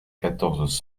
quatorze